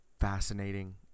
fascinating